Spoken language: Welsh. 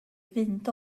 fynd